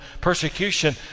Persecution